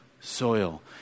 soil